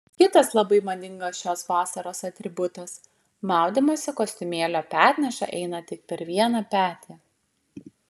kitas labai madingas šios vasaros atributas maudymosi kostiumėlio petneša eina tik per vieną petį